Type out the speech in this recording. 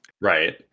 Right